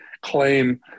claim